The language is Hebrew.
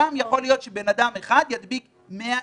שם בן אדם יכול להדביק 100 איש.